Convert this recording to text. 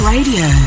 Radio